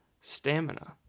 stamina